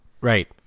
right